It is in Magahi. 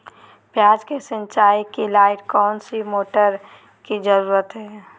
प्याज की सिंचाई के लाइट कौन सी मोटर की जरूरत है?